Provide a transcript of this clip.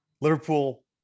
Liverpool